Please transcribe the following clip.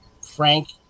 Frank